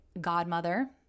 godmother